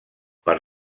per